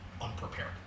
unprepared